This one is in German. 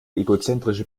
egozentrische